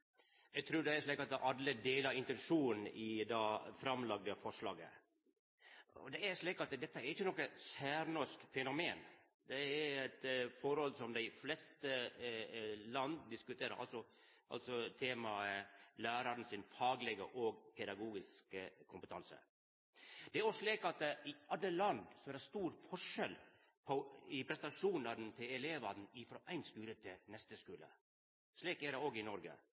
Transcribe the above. Eg trur at alle deler intensjonen i det framlagte forslaget. Dette er ikkje noko særnorsk fenomen. Dette er eit forhold som dei fleste land diskuterer – altså temaet læraren sin faglege og pedagogiske kompetanse. Det er òg slik at i alle land er det stor forskjell på prestasjonane til elevane frå skule til skule. Slik er det òg i Noreg.